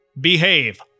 Behave